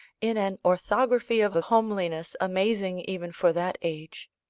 in an orthography of a homeliness amazing even for that age.